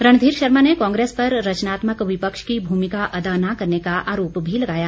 रणधीर शर्मा ने कांग्रेस पर रचनात्मक विपक्ष की भूमिका अदा न करने का आरोप भी लगाया